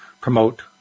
promote